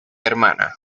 hermana